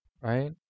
right